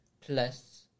plus